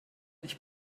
ich